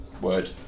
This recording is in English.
word